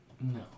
No